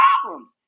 problems